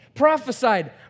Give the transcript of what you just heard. Prophesied